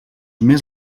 més